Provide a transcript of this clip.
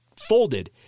folded